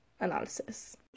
analysis